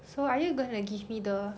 so are you gonna give me the